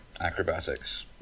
acrobatics